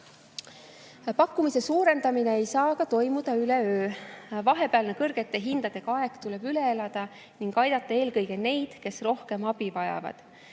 Pakkumise suurendamine ei saa aga toimuda üleöö. Vahepealne kõrgete hindadega aeg tuleb üle elada ning aidata eelkõige neid, kes rohkem abi vajavad.